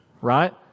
right